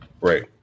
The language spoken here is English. Right